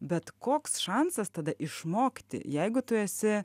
bet koks šansas tada išmokti jeigu tu esi